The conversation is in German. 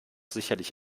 sicherlich